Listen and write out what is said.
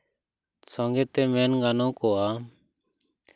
ᱥᱚᱝᱜᱮᱛᱮ ᱢᱮᱱ ᱜᱟᱱᱚᱜᱚᱜᱼᱟ